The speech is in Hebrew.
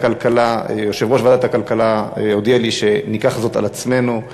יושב-ראש ועדת הכלכלה הודיע לי שניקח זאת על עצמנו,